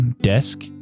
desk